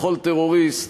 בכל טרוריסט,